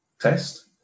test